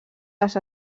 les